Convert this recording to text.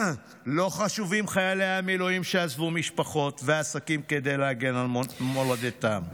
לא חשובים חיילי המילואים שעזבו משפחות ועסקים כדי להגן על מולדתם.